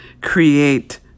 create